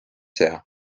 sea